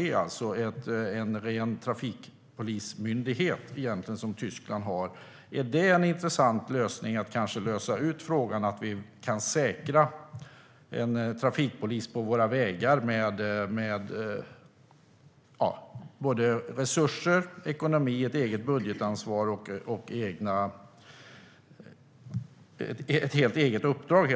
Det är alltså en trafikpolismyndighet som Tyskland har. Är det en intressant lösning på frågan hur vi kan säkra trafikpolis på våra vägar med både resurser, ekonomi, och ett eget budgetansvar - helt enkelt ett eget uppdrag?